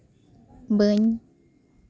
ᱵᱟᱹᱧ